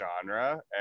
genre